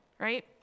Right